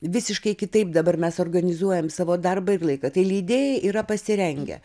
visiškai kitaip dabar mes organizuojam savo darbą ir laiką tai leidėjai yra pasirengę